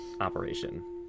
operation